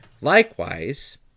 Likewise